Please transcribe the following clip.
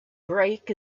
break